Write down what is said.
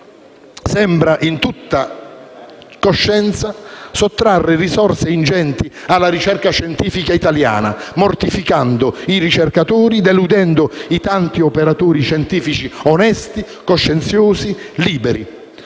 sembra, in tutta coscienza, sottrarre risorse ingenti alla ricerca scientifica italiana, mortificando i ricercatori e deludendo i tanti operatori scientifici onesti, coscienziosi, liberi.